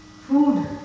food